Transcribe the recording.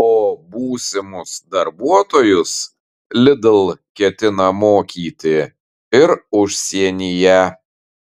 o būsimus darbuotojus lidl ketina mokyti ir užsienyje